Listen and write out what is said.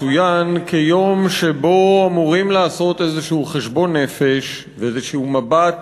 מצוין כיום שבו אמורים לעשות איזשהו חשבון נפש ואיזשהו מבט